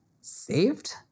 Saved